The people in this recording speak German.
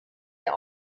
der